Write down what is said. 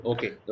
Okay